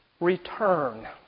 Return